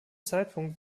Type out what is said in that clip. zeitpunkt